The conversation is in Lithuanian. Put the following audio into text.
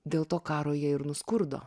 dėl to karo jie ir nuskurdo